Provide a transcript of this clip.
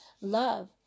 love